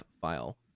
file